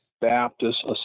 Baptist